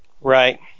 Right